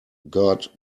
god